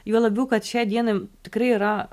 juo labiau kad šią dieną tikrai yra